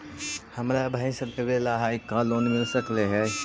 हमरा भैस लेबे ल है का लोन मिल सकले हे?